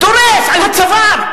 דורס על הצוואר.